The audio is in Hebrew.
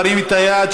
להרים את היד,